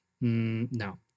no